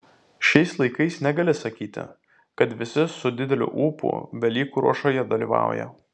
šiais laikais negali sakyti kad visi su dideliu ūpu velykų ruošoje dalyvauja